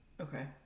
Okay